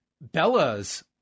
Bella's